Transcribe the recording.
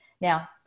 Now